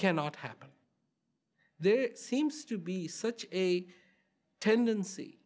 cannot happen there seems to be such a tendency